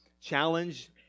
challenge